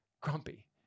grumpy